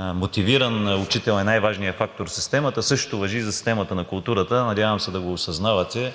мотивиран учител е най-важният фактор в системата. Същото важи и за системата на културата. Надявам се да го осъзнавате.